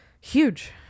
huge